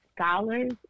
scholars